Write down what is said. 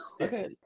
Okay